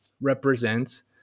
represent